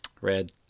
Red